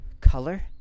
color